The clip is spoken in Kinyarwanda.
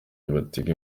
batega